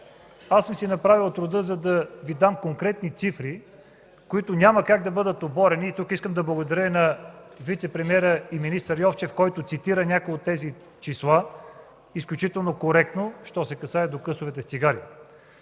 аз съм си направил труда, за да Ви дам конкретни цифри, които няма как да бъдат оборени. Тук искам да благодаря и на вицепремиера и министър Йовчeв, който цитира някои от тези числа изключително коректно, що се касае до късовете с цигари.